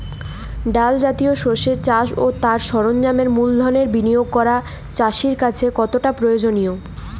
ডাল জাতীয় শস্যের চাষ ও তার সরঞ্জামের মূলধনের বিনিয়োগ করা চাষীর কাছে কতটা প্রয়োজনীয়?